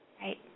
Right